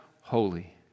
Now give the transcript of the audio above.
holy